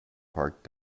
park